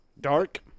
Dark